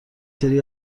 سری